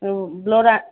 ଓ blood ଆସି